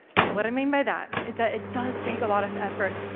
so what i mean by that is, that it does take a lot of effort,